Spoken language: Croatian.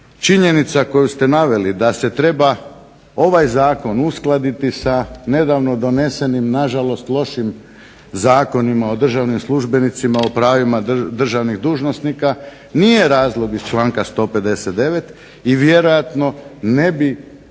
Činjenica koju ste naveli da se treba ovaj zakon uskladiti sa nedavno donesenim nažalost lošim zakonima o državnim službenicima, o pravima državnih dužnosnika nije razlog iz članka 159. i vjerojatno ne bi